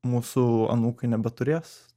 mūsų anūkai nebeturės